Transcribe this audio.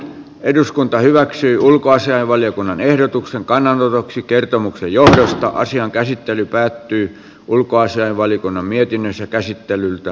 eduskunta hyväksyy ulkoasiainvaliokunnan ehdotuksen kannanotoksi kertomuksen johdosta asian käsittely päättyy ulkoasiainvaliokunnan mietinnön ihmisoikeuksia